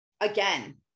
Again